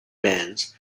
bands